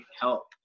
help